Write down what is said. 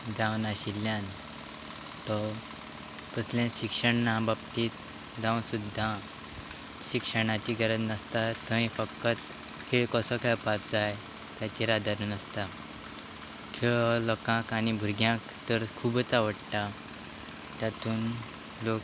जावना आशिल्ल्यान तो कसलें शिक्षण ना बाबतींत जावं सुद्दां शिक्षणाची गरज नासता थंय फकत खेळ कसो खेळपाक जाय तेचेर आदारून आसता खेळ हो लोकांक आनी भुरग्यांक तर खुबूत आवडटा तातूंत लोक